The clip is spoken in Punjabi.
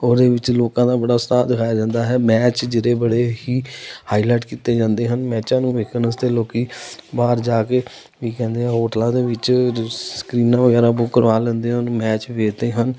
ਉਹਦੇ ਵਿੱਚ ਲੋਕਾਂ ਦਾ ਬੜਾ ਉਤਸ਼ਾਹ ਦਿਖਾਇਆ ਜਾਂਦਾ ਹੈ ਮੈਚ ਜਿਹਦੇ ਬੜੇ ਹੀ ਹਾਈਲਾਈਟ ਕੀਤੇ ਜਾਂਦੇ ਹਨ ਮੈਚਾਂ ਨੂੰ ਦੇਖਣ ਵਾਸਤੇ ਲੋਕੀਂ ਬਾਹਰ ਜਾ ਕੇ ਵੀ ਕਹਿੰਦੇ ਆ ਹੋਟਲਾਂ ਦੇ ਵਿੱਚ ਜੋ ਸਕਰੀਨਾਂ ਵਗੈਰਾ ਬੁੱਕ ਕਰਵਾ ਲੈਂਦੇ ਹਨ ਮੈਚ ਦੇਖਦੇ ਹਨ